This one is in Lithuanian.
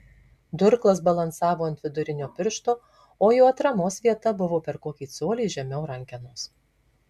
durklas balansavo ant vidurinio piršto o jo atramos vieta buvo per kokį colį žemiau rankenos